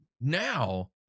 now